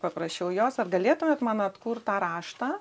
paprašiau jos ar galėtumėt man atkurt tą raštą